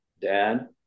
dad